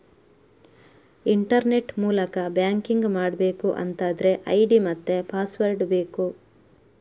internet ಮೂಲಕ banking ಮಾಡ್ಬೇಕು ಅಂತಾದ್ರೆ ಐಡಿ ಮತ್ತೆ ಪಾಸ್ವರ್ಡ್ ಬೇಕು